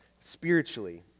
spiritually